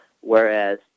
whereas